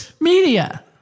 media